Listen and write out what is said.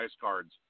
cards